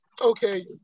okay